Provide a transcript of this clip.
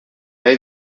hay